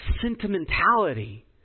sentimentality